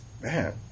man